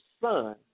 son